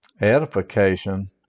edification